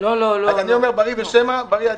אז אני אומר ברי ושמא ברי עדיף,